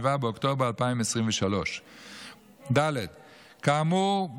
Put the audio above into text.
7 באוקטובר 2023. כאמור,